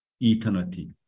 eternity